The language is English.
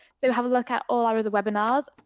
so have a look at all our other webinars.